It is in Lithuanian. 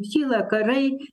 kyla karai